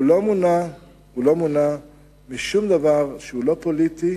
הוא לא מונע משום דבר שהוא פוליטי